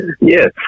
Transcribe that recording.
Yes